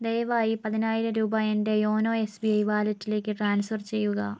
ദയവായി പതിനായിരംരൂപ എൻ്റെ യോനോ എസ്ബി ഐ വാലറ്റിലേക്ക് ട്രാൻസ്ഫർ ചെയ്യുക